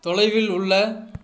தொலைவில் உள்ள